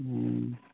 ꯎꯝ